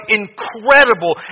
incredible